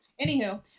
anywho